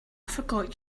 forgot